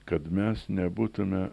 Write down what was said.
kad mes nebūtume